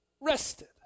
rested